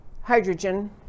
hydrogen